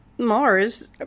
mars